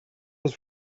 was